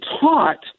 taught